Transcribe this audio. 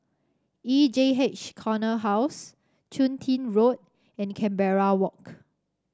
E J H Corner House Chun Tin Road and Canberra Walk